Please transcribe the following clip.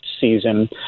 season